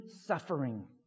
suffering